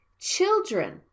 children